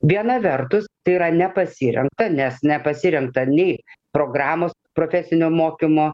viena vertus tai yra nepasirengta nes nepasirengta nei programos profesinio mokymo